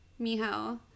miho